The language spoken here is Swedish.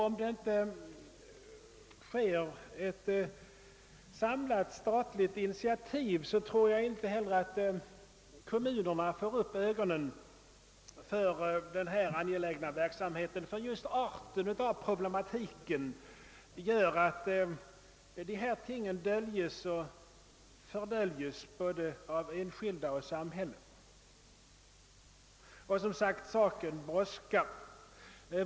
Om det inte kommer till stånd ett samlat statligt initiativ, tror jag inte heller att kommunerna får upp ögonen för denna angelägna verksamhet, ty just arten av problematiken gör att den förtiges och fördöljs av både enskilda och samhälle. Och som sagt saken brådskar.